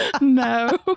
No